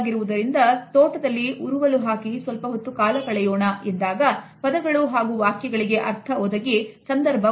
ಆದುದರಿಂದ ನಾವು ಇತರರೊಡನೆ ಸಂವಹನ ನಡೆಸುವಾಗ ಕೇವಲ ಪದಗಳನ್ನು ಅಷ್ಟೇ ಅಲ್ಲದೆ ಅವರ ಆಂಗಿಕ ಭಾಷೆಯನ್ನು ಕೂಡ ನೋಡಿ ಒಟ್ಟಾರೆಯಾಗಿ ಅರ್ಥಮಾಡಿಕೊಳ್ಳುತ್ತೇವೆ